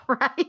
right